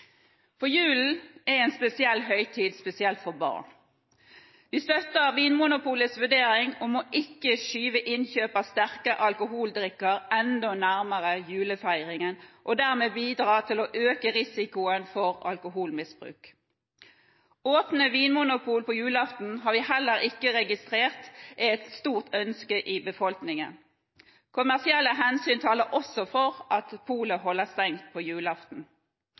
Julen er en spesiell høytid, spesielt for barn. Vi støtter Vinmonopolets vurdering om ikke å skyve innkjøp av sterke alkoholdrikker enda nærmere julefeiringen og dermed bidra til å øke risikoen for alkoholmisbruk. Åpne vinmonopol på julaften har vi heller ikke registrert at er et stort ønske i befolkningen. Kommersielle hensyn taler også for at polet holder stengt på julaften.